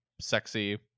sexy